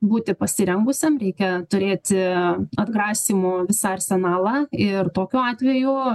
būti pasirengusiam reikia turėti atgrasymų visą arsenalą ir tokiu atveju